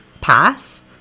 pass